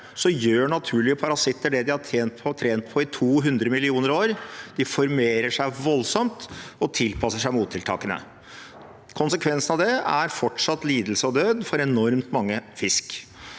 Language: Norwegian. gjør naturlige parasitter det de har tjent på og trent på i 200 millioner år: De formerer seg voldsomt og tilpasser seg mottiltakene. Konsekvensen av det er fortsatt lidelse og død for enormt mange fisk.